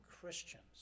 Christians